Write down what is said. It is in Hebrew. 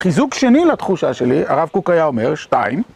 חיזוק שני לתחושה שלי, הרב קוק היה אומר, שתיים